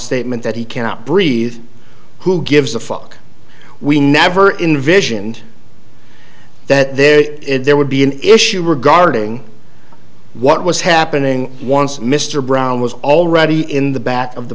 statement that he cannot breathe who gives a fuck we never invision and that there is there would be an issue regarding what was happening once mr brown was already in the back of the